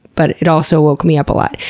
but it also woke me up a lot.